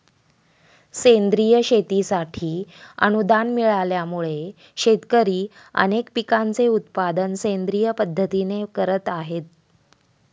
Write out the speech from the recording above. सेंद्रिय शेतीसाठी अनुदान मिळाल्यामुळे, शेतकरी अनेक पिकांचे उत्पादन सेंद्रिय पद्धतीने करत आहेत